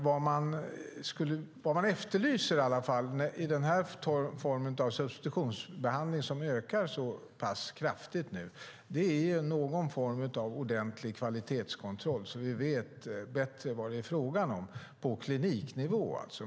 Vad man efterlyser i den typ av substitutionsbehandling som nu ökar i så pass stor omfattning är någon form av ordentlig kvalitetskontroll på kliniknivå.